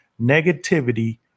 negativity